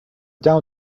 down